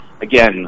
again